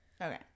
Okay